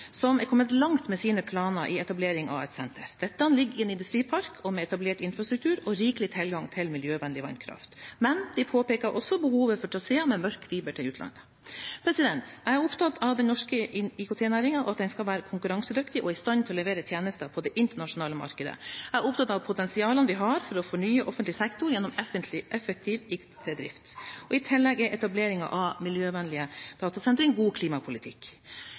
som er kommet langt med sine planer om etablering av et senter. Dette ligger i en industripark og med etablert infrastruktur og rikelig tilgang til miljøvennlig vannkraft. Men de påpeker også behovet for traseer med mørk fiber til utlandet. Jeg er opptatt av den norske IKT-næringen og at den skal være konkurransedyktig og i stand til å levere tjenester på det internasjonale markedet. Jeg er opptatt av potensialet vi har for å fornye offentlig sektor gjennom effektiv IKT-drift, og i tillegg er etablering av miljøvennlige datasentre en god klimapolitikk.